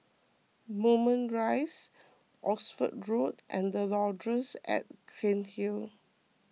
Moulmein Rise Oxford Road and the Laurels at Cairnhill